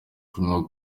kunywa